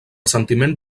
sentiment